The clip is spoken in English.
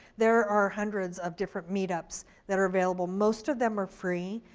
there are hundreds of different meetups that are available, most of them are free.